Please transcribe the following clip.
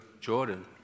Jordan